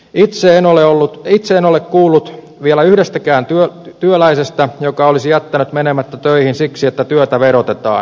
itse en ole kuullut vielä yhdestäkään työläisestä joka olisi jättänyt menemättä töihin siksi että työtä verotetaan